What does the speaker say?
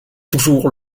toujours